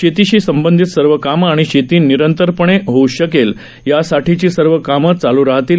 शेतीशी संबंधित सर्व कामं आणि शेती निरंतरपणे होऊ शकेल यासाठीची सर्व कामं चालू राहतील